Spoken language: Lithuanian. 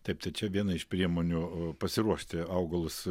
taip tai čia viena iš priemonių pasiruošti augalus